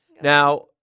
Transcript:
Now